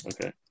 Okay